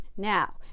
Now